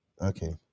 Okay